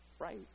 right